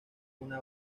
una